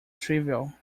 trivial